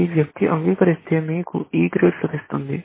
ఈ వ్యక్తి అంగీకరిస్తే మీకు E గ్రేడ్ లభిస్తుంది